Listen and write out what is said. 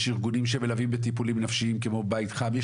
יש ארגונים שמלווים את הטיפולים נפשיים כמו בית חם.